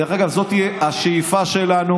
דרך אגב, זאת היא השאיפה שלנו.